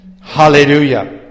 Hallelujah